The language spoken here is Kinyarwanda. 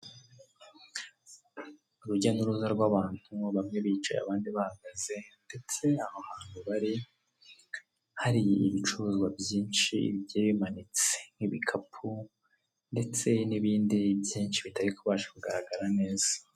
Urujya n'uruza rw'abantu bamwe bicaye abandi bahagaze, ndetse aho hantu bari hari ibicuruzwa byinshi bigiye bimanitse nk'ibikapu ndetse n'ibindi byinshi bitari kubasha kugaragara neza.